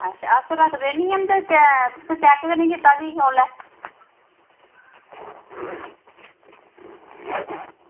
अच्छा ते अस रक्खदे निं हैन ते तुसें चैक निं कीता उसलै